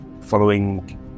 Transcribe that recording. following